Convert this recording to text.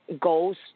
goals